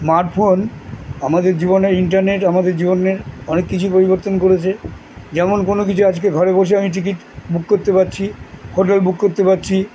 smart phone আমাদের জীবনের internet আমাদের জীবনের অনেক কিছুই পরিবর্তন করেছে যেমন কোনো কিছু আজকে ঘরে বসে আমি টিকিট বুক করতে পারছি হোটেল বুক করতে পারছি